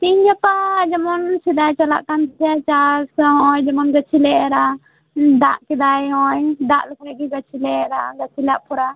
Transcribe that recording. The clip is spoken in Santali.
ᱛᱮᱦᱮᱧ ᱜᱟᱯᱟ ᱡᱮᱢᱚᱱ ᱥᱮᱫᱟᱭ ᱪᱟᱞᱟᱱ ᱠᱟᱱ ᱛᱟᱞᱮᱭᱟ ᱪᱟᱥ ᱡᱟᱦᱟᱸ ᱱᱚᱜᱼᱚᱭ ᱡᱮᱢᱚᱱ ᱜᱟᱹᱪᱷᱤ ᱞᱮ ᱮᱨᱟ ᱫᱟᱜ ᱠᱮᱫᱟᱭ ᱱᱚᱜᱼᱚᱭ ᱫᱟᱜ ᱞᱮᱠᱷᱟ ᱜᱮ ᱜᱟᱹᱪᱷᱤ ᱞᱮ ᱮᱨᱟ ᱱᱟᱥᱮᱱᱟᱜ ᱛᱷᱚᱲᱟ